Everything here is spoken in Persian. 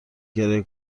کرایه